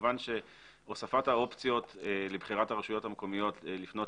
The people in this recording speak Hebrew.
כמובן שהוספת האופציות לבחירת הרשויות המקומיות לפנות